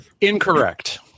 Incorrect